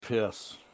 Piss